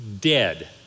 dead